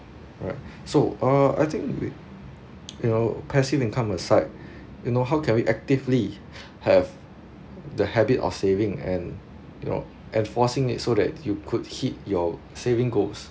right so uh I think with you know passive income aside you know how can we actively have the habit of saving and you know enforcing it so that you could hit your saving goals